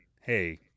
hey